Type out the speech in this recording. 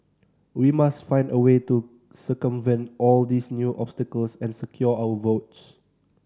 we must find a way to circumvent all these new obstacles and secure our votes